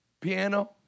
piano